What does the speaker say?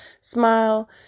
smile